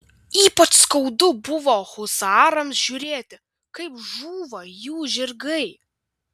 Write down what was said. ypač skaudu buvo husarams žiūrėti kaip žūva jų žirgai